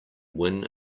win